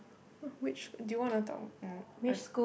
oh which do you wanna talk um I